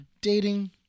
dating